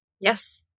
Yes